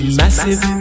massive